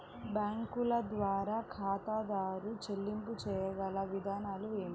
బ్యాంకుల ద్వారా ఖాతాదారు చెల్లింపులు చేయగల విధానాలు ఏమిటి?